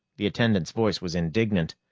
the attendant's voice was indignant.